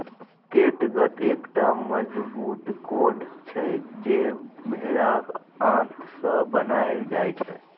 कैटगत एकटा मजगूत कोर्ड छै जे भेराक आंत सँ बनाएल जाइ छै